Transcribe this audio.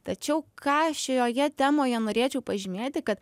tačiau ką šioje temoje norėčiau pažymėti kad